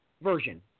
version